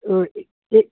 تو یہ